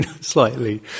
slightly